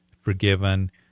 forgiven